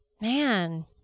Man